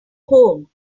home